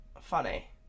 funny